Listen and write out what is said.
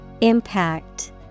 Impact